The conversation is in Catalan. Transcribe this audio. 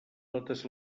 totes